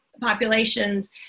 populations